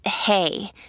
hey